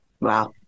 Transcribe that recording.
wow